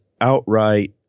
outright